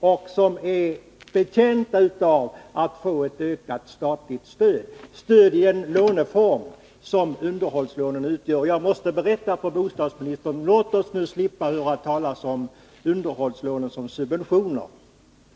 och som är betjänta av att få ett ökat statligt stöd — stöd i den form som underhållslånen utgör. Jag måste säga till bostadsministern: Låt oss nu slippa höra talas om underhållslån som subventioner.